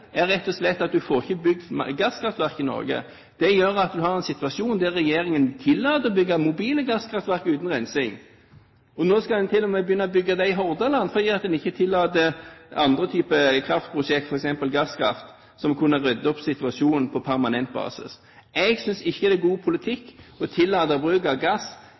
er rett og slett at man ikke får bygd gasskraftverk i Norge. Det gjør at man har en situasjon der regjeringen tillater å bygge mobile gasskraftverk uten rensing. Nå skal man til og med begynne å bygge det i Hordaland, fordi man ikke tillater andre typer kraftprosjekt, f.eks. gasskraft, som kunne ryddet opp i situasjonen på permanent basis. Jeg synes ikke det er god politikk å tillate å bruke gass